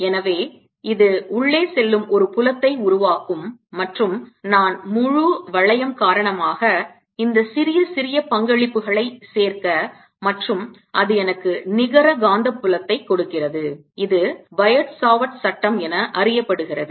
எனவே இது உள்ளே செல்லும் ஒரு புலத்தை உருவாக்கும் மற்றும் நான் முழு வளையம் காரணமாக இந்த சிறிய சிறிய பங்களிப்புகளை சேர்க்க மற்றும் அது எனக்கு நிகர காந்த புலத்தை கொடுக்கிறது இது பயோட் சாவர்ட் சட்டம் என அறியப்படுகிறது